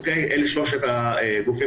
אלה שלושת הגורמים